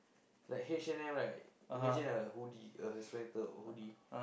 like H-and-M right imagine a hoodie a sweater or a hoodie